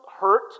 hurt